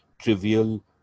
Trivial